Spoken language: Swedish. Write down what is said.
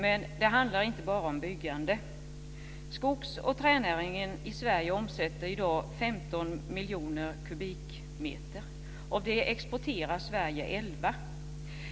Men det handlar inte bara om byggande. Skogs och tränäringen i Sverige omsätter i dag 15 miljoner kubikmeter, och av detta exporteras 11 miljoner kubikmeter.